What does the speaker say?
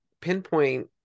pinpoint